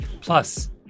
Plus